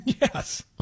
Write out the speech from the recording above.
Yes